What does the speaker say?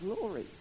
glory